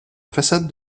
façade